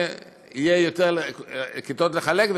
ויהיו יותר כיתות לחלק,